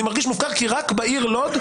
אני מרגיש מופקר כי רק בעיר לוד,